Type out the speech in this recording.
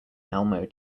elmo